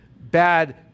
bad